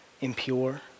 impure